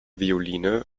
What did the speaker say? violine